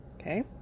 Okay